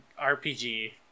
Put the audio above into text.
RPG